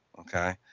okay